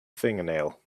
fingernail